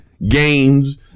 games